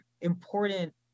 important